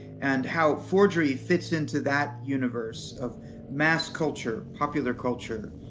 and how forgery fits into that universe of mass culture, popular culture,